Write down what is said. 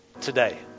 today